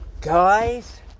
guys